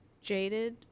jaded